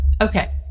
Okay